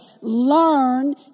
learn